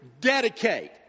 dedicate